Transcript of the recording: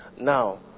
Now